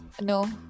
no